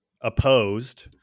opposed